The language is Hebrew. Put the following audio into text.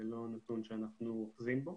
זה לא נתון שאנחנו אוחזים בו.